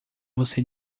você